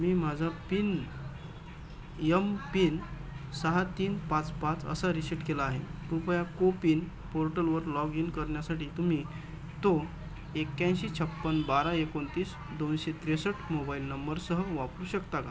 मी माझा पिन यम पिन सहा तीन पाच पाच असा रीशेट केला आहे कृपया कोपिन पोर्टलवर लॉगिन करण्यासाठी तुम्ही तो एक्याऐंशी छप्पन्न बारा एकोणतीस दोनशे त्रेसष्ट मोबाईल नंबरसह वापरू शकता का